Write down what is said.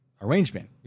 arrangement